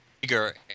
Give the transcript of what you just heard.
bigger